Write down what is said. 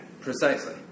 Precisely